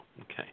Okay